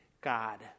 God